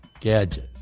gadget